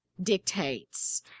dictates